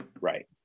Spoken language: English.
Right